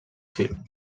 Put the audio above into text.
film